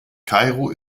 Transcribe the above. kairo